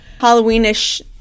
Halloween-ish